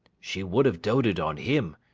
she would have doted on him,